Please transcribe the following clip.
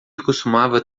costumava